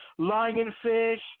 lionfish